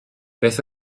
beth